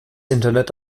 internet